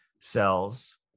cells